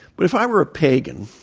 but if i were a pagan,